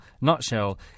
nutshell